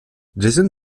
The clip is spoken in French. jason